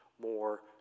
more